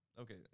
Okay